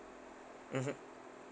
mmhmm